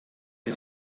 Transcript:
che